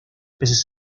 peces